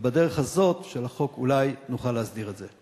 ובדרך הזאת של החוק אולי נוכל להסדיר את זה.